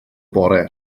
bore